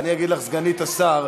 אז אני אגיד לך סגנית השר,